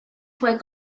fue